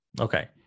okay